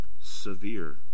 severe